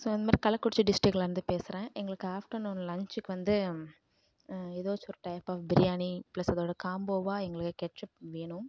so இந்த மாதிரி கள்ளக்குறிச்சி டிஸ்டிக்லேந்து பேசுகிறேன் எங்களுக்கு ஆஃப்டர்நூன் லஞ்சுக்கு வந்து ஏதாச்சும் ஒரு டைப் ஆஃப் பிரியாணி ப்ளஸ் அதோடு காம்போவாக எங்களுக்கு கெட்ச்சப் வேணும்